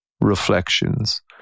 reflections